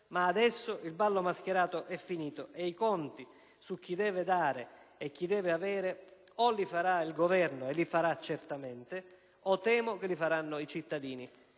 ma adesso il ballo mascherato è finito e i conti su chi deve dare e chi deve avere o li farà il Governo - e li farà certamente - o temo che li faranno i cittadini.